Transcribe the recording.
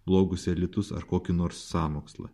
blogus elitus ar kokį nors sąmokslą